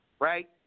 right